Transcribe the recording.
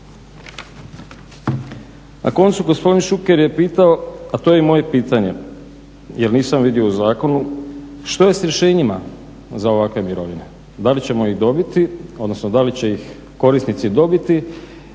Na koncu gospodin Šuker je pitao a to je i moje pitanje jer nisam vidio u zakonu što je s rješenjima za ovakve mirovine, da li ćemo ih dobiti odnosno da li će ih korisnici dobiti